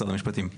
משרד המשפטים.